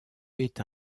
est